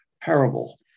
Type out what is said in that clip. parable